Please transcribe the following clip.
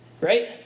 Right